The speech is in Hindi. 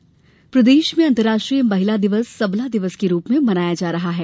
महिला दिवस प्रदेश प्रदेश में अंतर्राष्ट्रीय महिला दिवस सबला दिवस के रूप में मनाया जा रहा है